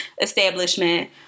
establishment